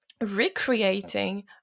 recreating